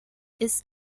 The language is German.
ist